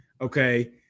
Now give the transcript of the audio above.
okay